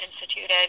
instituted